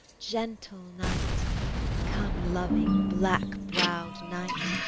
gentle night come, loving, black-brow'd night,